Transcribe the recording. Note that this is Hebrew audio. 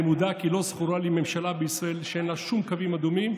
אני מודאג כי לא זכורה לי ממשלה בישראל שאין לה שום קווים אדומים,